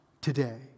today